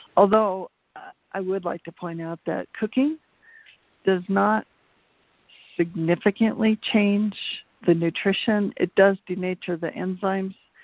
although i would like to point out that cooking does not significantly change the nutrition. it does denature the enzymes,